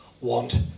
want